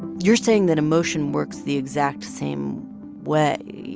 you're saying that emotion works the exact same way?